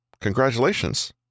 Congratulations